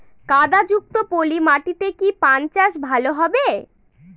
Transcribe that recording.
কাদা যুক্ত পলি মাটিতে কি পান চাষ ভালো হবে?